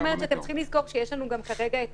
אתם צריכים לזכור שיש לנו גם כרגע את